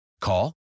Call